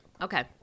Okay